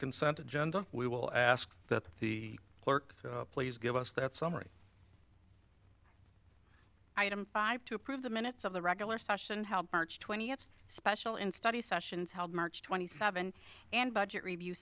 consent agenda we will ask that the clerk please give us that summary item five to approve the minutes of the regular session help march twentieth special and study sessions held march twenty seventh and budget review